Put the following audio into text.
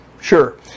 sure